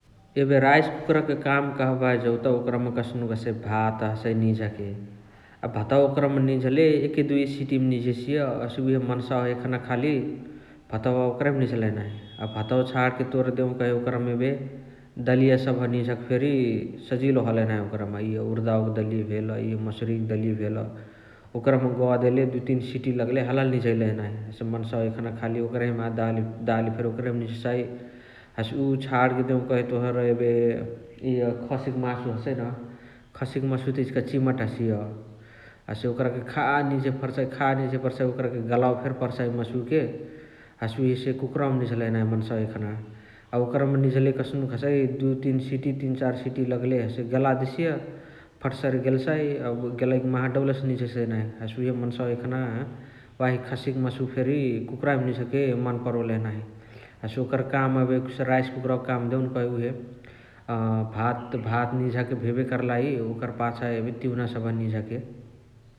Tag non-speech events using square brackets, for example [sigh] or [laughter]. एबे राइस कुकरक काम कहबाही जौत ओकरमा कस्नुक हसइ बह्त हसइ निझके । अ भातवा ओकरमा निझले एके दुइ सिटी मा निझेसिय हसे उहे मन्सावा एखाने खाली भातवा ओकरहिमा निझलही नाही । अ भातवा छाणके तोर देउकही ओकरमा एबे दलिया सबह निझके फेरी सजिलो हलही नाही ओकरमा । इअ उरिडावक दलिअरी भेल्, इ मासुरिक दलिया भेल ओकरमा गदेले दुइ तीन सिटी लगले हलहाली निझैलही नाही । हसे मन्सावा खाली एखाने ओकरहिमा [unintelligible] दाली फेरी ओकरही मा निझसाइ । हसे उ छणके देउनकही तोर एबे खसिका मासु हसइन । खसिका मासुत इचिका चिमट हसिय हसे ओकरे खा निझे पर्साअइ खा निझे पर्साअइ गलावे फेरी पर्साइ मासुके । हसे उहेसे कुकरावमा निझलही नाही एखाने । अ ओकरमा निझाले कस्नुक हसइ दुइ तीन सिटी तीन चार सिटी लगले हसे गलादेसिय । फटसरे गल्साइ, गलइकी माहा डौलसे निझेसै नाही । हसे उहे मन्सावा एखाने वाही खसिक मासुवा फेरी कुकरावै मा निझाके मन परोलही नाही । हसे ओकरा काम एबे राइस कुकरावक काम एबे देउनकही एबे उहे भात भात निझके भेबे कर्लाई ओकर पाछा एबे तिउना सबह निझके ।